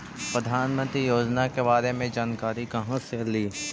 प्रधानमंत्री योजना के बारे मे जानकारी काहे से ली?